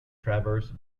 traverse